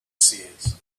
seers